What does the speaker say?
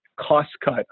cost-cut